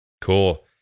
Cool